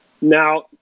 Now